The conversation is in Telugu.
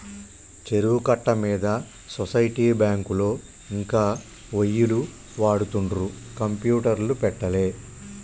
చెరువు కట్ట మీద సొసైటీ బ్యాంకులో ఇంకా ఒయ్యిలు వాడుతుండ్రు కంప్యూటర్లు పెట్టలే